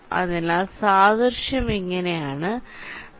അതിനാൽ സാദൃശ്യം ഇങ്ങനെ ആണ്